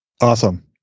Awesome